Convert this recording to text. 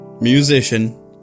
musician